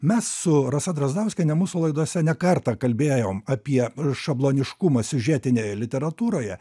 mes su rasa drazdauskiene mūsų laidose ne kartą kalbėjom apie šabloniškumą siužetinėje literatūroje